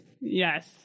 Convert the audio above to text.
yes